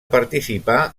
participar